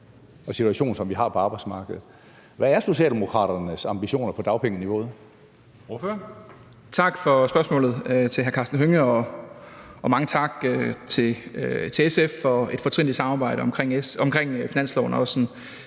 og situation, som vi har på arbejdsmarkedet? Hvad er Socialdemokraternes ambitioner for dagpengeniveauet?